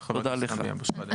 בבקשה.